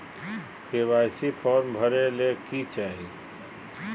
KYC form भरे ले कि चाही?